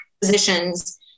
positions